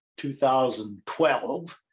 2012